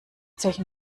solchen